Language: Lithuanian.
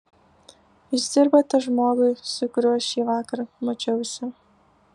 jūs dirbate žmogui su kuriuo šįvakar mačiausi